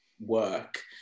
work